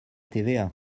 tva